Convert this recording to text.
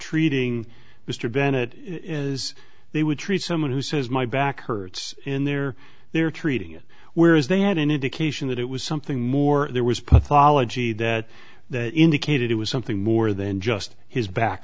treating mr bennett is they would treat someone who says my back hurts in there they're treating it whereas they had an indication that it was something more there was pathology that indicated it was something more than just his back